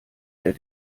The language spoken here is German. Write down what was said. der